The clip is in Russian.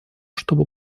чтобы